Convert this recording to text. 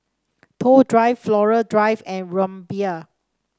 Toh Drive Flora Drive and Rumbia